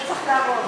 לא צריך להראות.